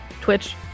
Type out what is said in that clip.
Twitch